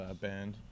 Band